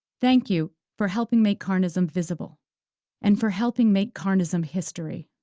thank you for helping make carnism visible and for helping make carnism history.